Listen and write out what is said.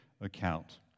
account